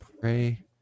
pray